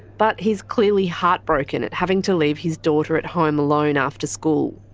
but he's clearly heartbroken at having to leave his daughter at home alone after school.